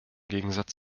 gegensatz